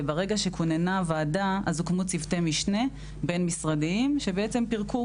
וברגע שכוננה הוועדה הוקמו צוותי משנה בין-משרדיים שפירקו